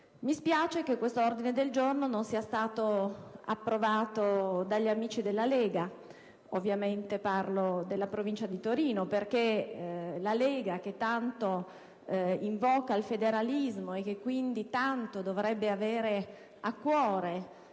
Mi spiace che qiestp ordine del giorno non sia stato approvato dagli amici della Lega (ovviamente parlo della Provincia di Torino), perché la Lega, che tanto invoca il federalismo e che quindi tanto dovrebbe avere a cuore,